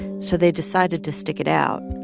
so they decided to stick it out.